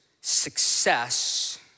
success